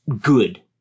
good